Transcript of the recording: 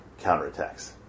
counterattacks